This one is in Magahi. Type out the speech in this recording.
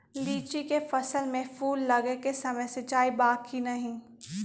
लीची के फसल में फूल लगे के समय सिंचाई बा कि नही?